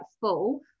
full